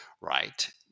right